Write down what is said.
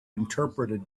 interpreted